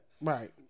Right